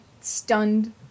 stunned